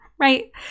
right